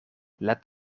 let